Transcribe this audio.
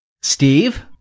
Steve